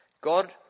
God